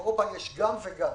שם יש גם וגם.